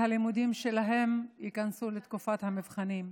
הלימודים שלהם ייכנסו לתקופת המבחנים.